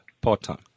part-time